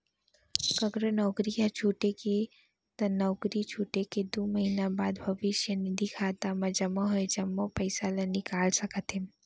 ककरो नउकरी ह छूट गे त नउकरी छूटे के दू महिना बाद भविस्य निधि खाता म जमा होय जम्मो पइसा ल निकाल सकत हे